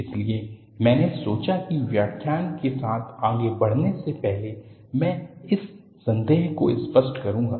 इसलिए मैंने सोचा कि व्याख्यान के साथ आगे बढ़ने से पहले मैं इस संदेह को स्पष्ट करूंगा